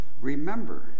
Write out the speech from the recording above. remember